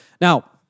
Now